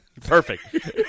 Perfect